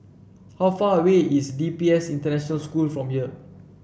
how far away is D P S International School from here